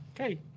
Okay